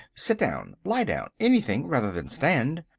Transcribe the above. sit down, lie down, anything rather than stand.